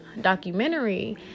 documentary